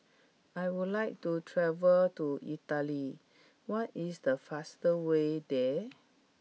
I would like to travel to Italy what is the fastest way there